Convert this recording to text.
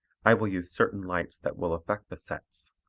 i will use certain lights that will affect the sets,